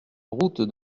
route